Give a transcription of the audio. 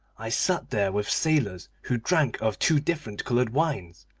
i sat there with sailors who drank of two different-coloured wines,